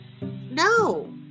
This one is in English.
No